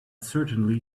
certainly